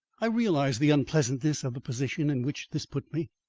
i realised the unpleasantness of the position in which this put me,